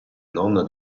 nonna